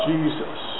Jesus